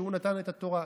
שהוא נתן את התורה,